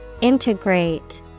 Integrate